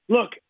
Look